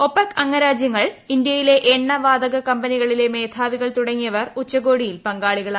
OPEC അംഗരാജ്യങ്ങൾ ഇന്തയിലെ എണ്ണ വാതക കമ്പനികളിലെ മേധാവികൾ തുടങ്ങിയവർ ഉച്ചകോടിയിൽ പങ്കാളികളായി